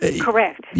correct